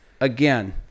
Again